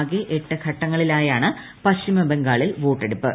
ആകെ എട്ട് ഘട്ടങ്ങളിലായാണ് പശ്ചിമ ബംഗാളിൽ വോട്ടെടുപ്പ്